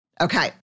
Okay